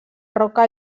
roca